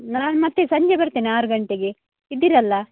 ನಾನು ಮತ್ತು ಸಂಜೆ ಬರ್ತೇನೆ ಆರು ಗಂಟೆಗೆ ಇದ್ದಿರಲ್ಲಾ